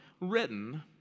written